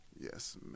Yes